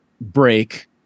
break